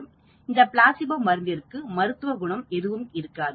அந்த பிளாசிபோ மருந்திற்கு மருத்துவ குணம் எதுவும் இருக்காது